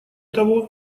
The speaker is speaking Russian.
того